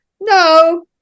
no